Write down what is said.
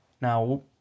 Now